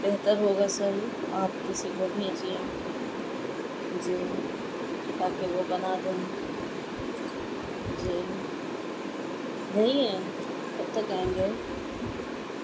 بہتر ہوگا سر آپ کسی کو بھیجیے جی آکے وہ بنا دے جی بھیا کب تک آئیں گے